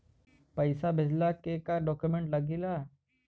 पैसा भेजला के का डॉक्यूमेंट लागेला?